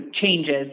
changes